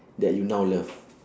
that you now love